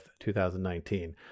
2019